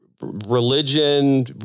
religion